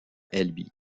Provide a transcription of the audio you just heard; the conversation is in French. albi